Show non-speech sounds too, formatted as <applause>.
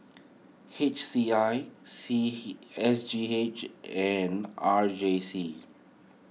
H C I C <unintelligible> S G H and R J C